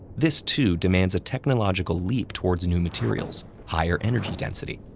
this, too, demands a technological leap towards new materials, higher energy density,